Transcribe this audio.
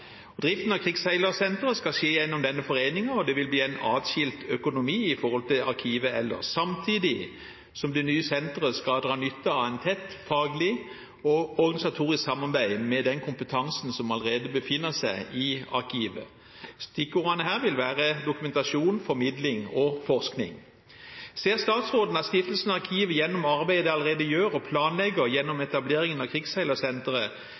Driften av krigsseilersenteret skal skje gjennom denne foreningen, og det vil bli en atskilt økonomi i forhold til Arkivet, samtidig som det nye senteret skal dra nytte av et tett faglig og organisatorisk samarbeid med den kompetansen som allerede befinner seg i Arkivet. Stikkordene her vil være dokumentasjon, formidling og forskning. Ser statsråden at Stiftelsen Arkivet gjennom arbeidet de allerede gjør og planlegger gjennom etableringen av